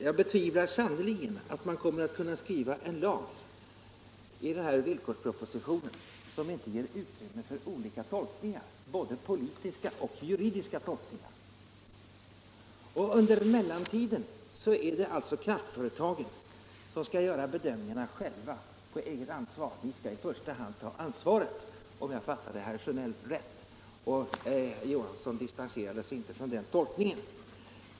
Jag betvivlar sannerligen att man kommer att kunna skriva en lag i den här villkorspropositionen som inte ger utrymme för olika tolkningar, både politiska och juridiska. Under mellantiden är det alltså kraftföretagen som skall göra bedömningarna själva och på eget ansvar. De skall i första hand ta ansvaret, om jag fattade herr Sjönell rätt, och herr Johansson distanserade sig inte från det uttalandet.